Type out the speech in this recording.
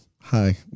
Hi